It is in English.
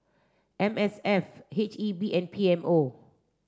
M S F H E B and P M O